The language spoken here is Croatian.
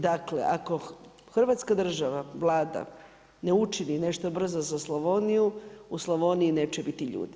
Dakle, ako Hrvatska država, Vlada ne učini nešto brzo za Slavoniju, u Slavoniji neće biti ljudi.